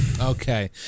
Okay